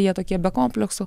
jie tokie be kompleksų